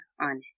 on